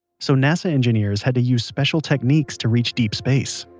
so nasa engineers had to use special techniques to reach deep space